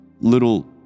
little